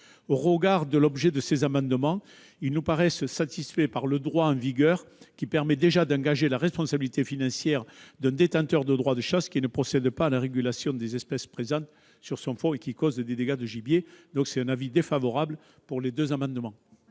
En outre, ces amendements nous paraissent satisfaits par le droit en vigueur, qui permet déjà d'engager la responsabilité financière d'un détenteur de droit de chasse qui ne procède pas à la régulation des espèces présentes sur son fonds, causant des dégâts de gibier. La commission émet donc un avis défavorable sur ces deux amendements